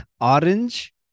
Orange